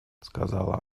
сказала